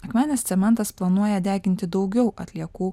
akmenės cementas planuoja deginti daugiau atliekų